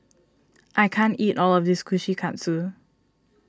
I can't eat all of this Kushikatsu